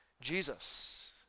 Jesus